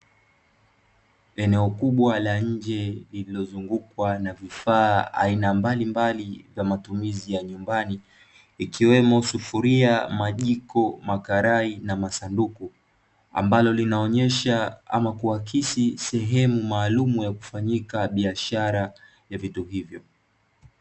Eneo kubwa la nje lililozungukwa na vifaa aina mbalimbali vya matumizi ya nyumbani ikiwemo: sufuria, majiko, makarai, na masanduku. Ambalo linaonyesha ama kuakisi sehemu maalumu ya kufanyika biashara ya vitu hivyo.